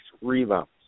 rebounds